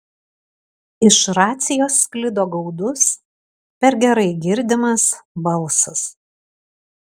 iš racijos sklido gaudus per gerai girdimas balsas